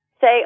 say